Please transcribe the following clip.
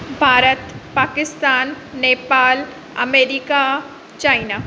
Bharat Pakistan Nepal America China